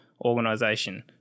organization